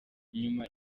nyuma